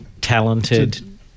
talented